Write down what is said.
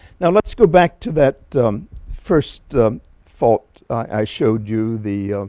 now let's go back to that first fault i showed you, the